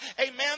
amen